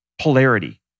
polarity